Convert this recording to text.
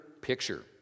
picture